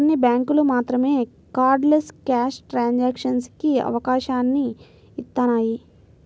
కొన్ని బ్యేంకులు మాత్రమే కార్డ్లెస్ క్యాష్ ట్రాన్సాక్షన్స్ కి అవకాశాన్ని ఇత్తన్నాయి